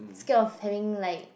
scared of having like